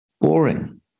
boring